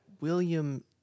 William